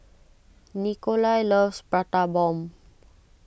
Nikolai loves Prata Bomb